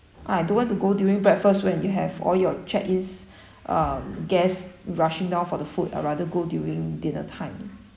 ah I don't want to go during breakfast when you have all your check is uh guests rushing down for the food I'd rather go during dinner time